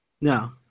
no